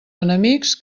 enemics